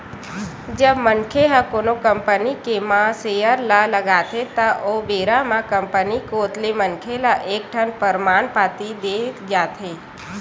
जब मनखे ह कोनो कंपनी के म सेयर ल लगाथे त ओ बेरा म कंपनी कोत ले मनखे ल एक ठन परमान पाती देय जाथे